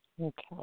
Okay